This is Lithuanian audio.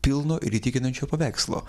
pilno ir įtikinančio paveikslo